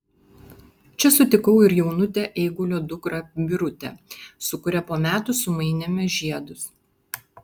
čia sutikau ir jaunutę eigulio dukrą birutę su kuria po metų sumainėme žiedus